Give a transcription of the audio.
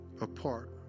apart